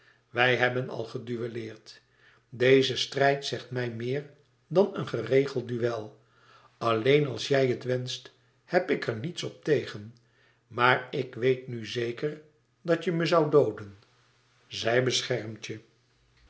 wij hebben al geduelleerd deze strijd zegt mij meer dan een geregeld duel alleen als jij het wenscht heb ik er niets op tegen maar ik weet nu zeker dat je me zoû dooden zij beschermt je